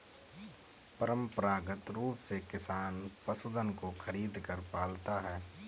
परंपरागत रूप से किसान पशुधन को खरीदकर पालता है